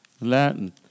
Latin